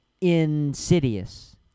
Insidious